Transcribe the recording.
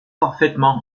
parfaitement